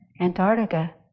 Antarctica